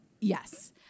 Yes